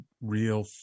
real